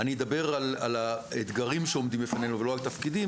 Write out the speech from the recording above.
אני אדבר על האתגרים שעומדים בפנינו ולא על תפקידים,